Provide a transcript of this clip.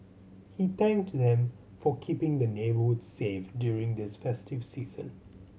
he thanked them for keeping the neighbourhood safe during this festive season